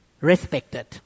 respected